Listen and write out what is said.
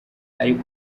ari